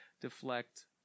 deflect